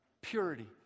purity